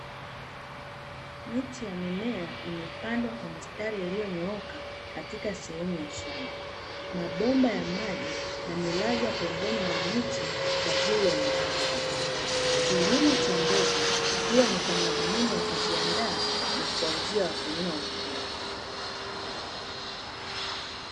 Miche ya mimea imepandwa kwa mistari, iliyonyooka katika sehemu ya shamba. Mabomba ya maji yamelazwa pembeni mwa miche kwa ajili ya umwagiliaji, kilimo cha mbegu huwa ni kwa madhumuni ya kuziandaa, na kuwauzia wa wakulima wengine.